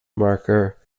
marker